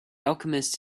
alchemist